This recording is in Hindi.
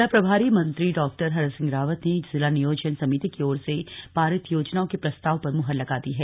जिला प्रभारी मंत्री डॉ हरक सिंह रावत ने जिला नियोजन समिति की ओर से पारित योजनाओं के प्रस्ताव पर मुहर लगा दी है